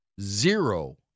zero